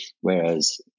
Whereas